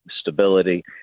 stability